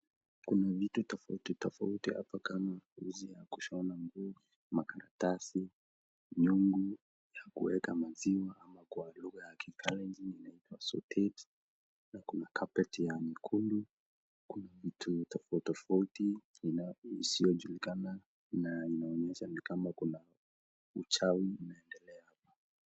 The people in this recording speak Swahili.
Kuna vitu tofauti tofauti hapa kama uzi ya kushona nguo, makaratasi, nyungu ya kuweka maziwa ama kwa lugha ya kikalenjin inaitwa sutit na kuna carpet ya nyekundu. Kuna vitu tofauti tofauti isiojulikana na inaonyesha ni kama kuna uchawi unaendelea hapa.